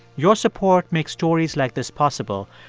your support makes stories like this possible,